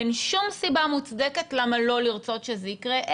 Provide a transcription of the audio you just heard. אין שום סיבה מוצדקת למה לא לרצות שזה יקרה.